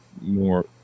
more